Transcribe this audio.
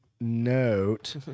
note